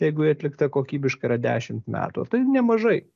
jeigu ji atlikta kokybiškai yra dešimt metų tai nemažai